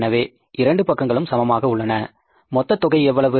எனவே இரண்டு பக்கங்களும் சமமாக உள்ளன மொத்த தொகை எவ்வளவு